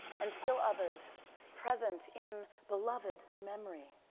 and still others present in beloved memory.